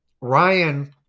Ryan